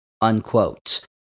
Unquote